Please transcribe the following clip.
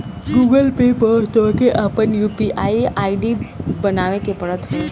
Google Pay पअ तोहके आपन यू.पी.आई आई.डी बनावे के पड़त बाटे